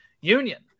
Union